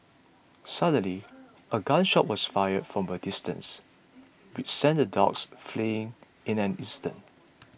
suddenly a gun shot was fired from a distance which sent the dogs fleeing in an instant